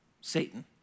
Satan